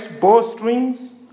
bowstrings